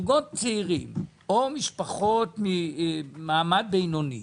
שמצבם של זוגות צעירים או משפחות ממעמד בינוני